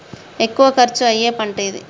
ఎక్కువ ఖర్చు అయ్యే పంటేది?